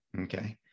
Okay